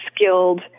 skilled